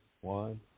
one